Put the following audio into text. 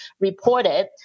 reported